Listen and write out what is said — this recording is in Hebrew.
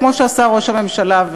כמו שעשה ראש הממשלה,